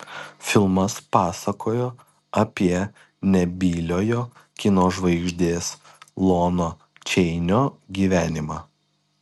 filmas pasakojo apie nebyliojo kino žvaigždės lono čeinio gyvenimą